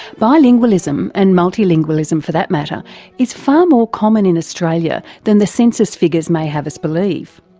bilingualism and multi-lingualism for that matter is far more common in australia than the census figures may have us believe.